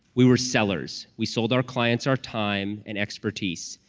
we were sellers. we sold our clients our time and expertise,